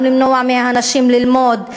גם למנוע מהנשים ללמוד,